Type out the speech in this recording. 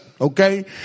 Okay